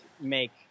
make